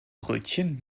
brötchen